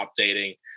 updating